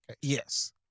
Yes